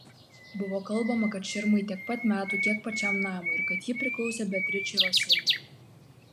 buvo kalbama kad širmai tiek pat metų kiek pačiam namui ir kad ji priklausė beatričei rosini